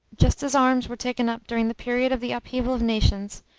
just as arms were taken up during the period of the upheaval of nations,